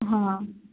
ಹಾಂ